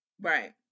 Right